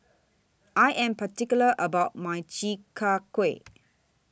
I Am particular about My Chi Kak Kuih